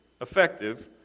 effective